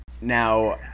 Now